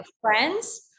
friends